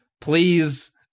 please